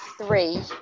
three